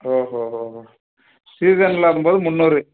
ஓ ஓ ஓ சீசனில் அரும்பு முந்னூறு